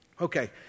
Okay